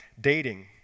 dating